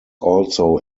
also